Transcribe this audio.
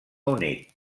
unit